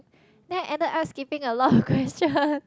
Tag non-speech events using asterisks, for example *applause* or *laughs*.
then I ended up skipping a lot of question *laughs*